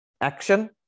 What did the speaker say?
Action